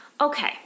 Okay